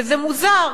וזה מוזר,